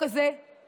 נגמר, תודה.